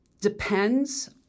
depends